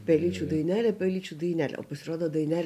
pelyčių dainelė pelyčių dainelė o pasirodo dainelė